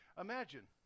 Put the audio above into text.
Imagine